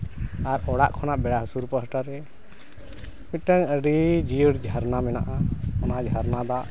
ᱟᱨ ᱚᱲᱟᱜ ᱠᱷᱚᱱᱟᱜ ᱵᱮᱲᱟ ᱦᱟᱹᱥᱩᱨ ᱯᱟᱥᱴᱟ ᱨᱮ ᱢᱤᱫᱴᱟᱝ ᱟᱹᱰᱤ ᱡᱤᱭᱟᱹᱲ ᱡᱷᱟᱨᱱᱟ ᱢᱮᱱᱟᱜᱼᱟ ᱚᱱᱟ ᱡᱷᱟᱨᱱᱟ ᱫᱟᱜ